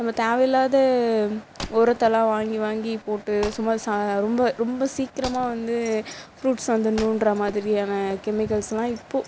நம்ம தேவை இல்லாத உரத்தலாம் வாங்கி வாங்கி போட்டு சும்மா சா ரொம்ப ரொம்ப சீக்கரமாக வந்து ஃப்ரூட்ஸை வந்து நோண்டுற மாதிரியான கெமிக்கல்ஸ்லாம் இப்போது